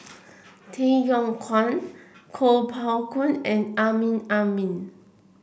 Kay Yong Kwang Kuo Pao Kun and Amrin Amin